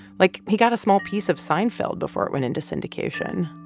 like, he got a small piece of seinfeld before it went into syndication.